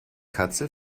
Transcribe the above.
katze